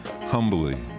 humbly